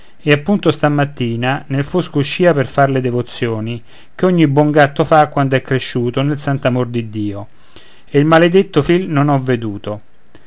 e appunto stamattina nel fosco uscìa per far le devozioni che ogni buon gatto fa quando è cresciuto nel santo amor di dio e il maledetto fil non ho veduto